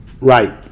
Right